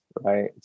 right